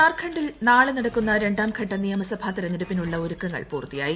ത്സാർഖണ്ഡിൽ നാളെ നടക്കുന്ന രണ്ടാം ഘട്ട നിയമസഭാ തെരഞ്ഞെടുപ്പിനുള്ള ഒരുക്കങ്ങൾ പൂർത്തിയായി